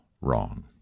wrong